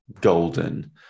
Golden